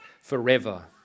forever